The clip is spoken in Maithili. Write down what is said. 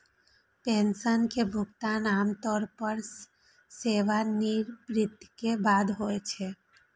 पेंशन के भुगतान आम तौर पर सेवानिवृत्ति के बाद होइ छै